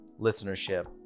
listenership